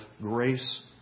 grace